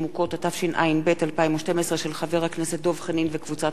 החוקה, חוק ומשפט.